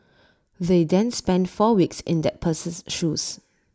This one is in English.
they then spend four weeks in that person's shoes